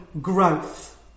growth